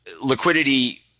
liquidity